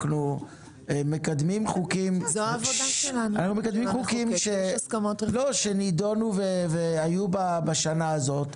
אנחנו מקדמים חוקים שיש הסכמות ונידונו בשנה הזאת.